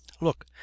look